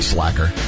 Slacker